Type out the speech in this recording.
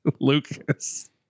Lucas